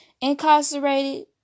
incarcerated